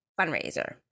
fundraiser